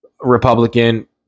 Republican